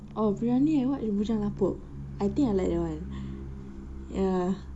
oh P ramlee like what bujang lapuk I think I like that one